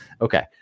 Okay